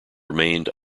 remained